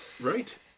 Right